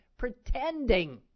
pretending